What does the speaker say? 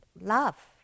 love